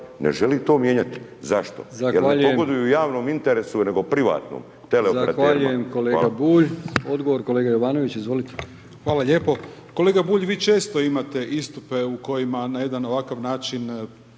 ne želi to mijenjati. Zašto? Jer ne pogoduju javnom interesu nego privatnom,